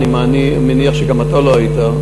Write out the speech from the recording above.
אני מניח שגם אתה לא היית.